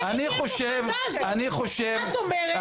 מותר לו להגיד מה הוא חושב.